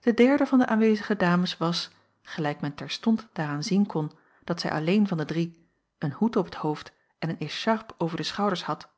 de derde van de aanwezige dames was gelijk men terstond daaraan zien kon dat zij alleen van de drie een hoed op het hoofd en een écharpe over de schouders had